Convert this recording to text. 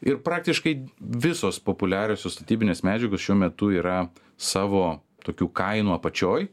ir praktiškai visos populiariosios statybinės medžiagos šiuo metu yra savo tokių kainų apačioj